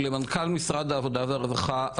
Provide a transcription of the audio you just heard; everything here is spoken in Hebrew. למנכ"ל משרד העבודה הורווחה,